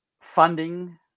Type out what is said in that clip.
funding